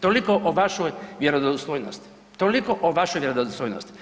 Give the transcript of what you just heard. Toliko o vašoj vjerodostojnosti, toliko o vašoj vjerodostojnosti.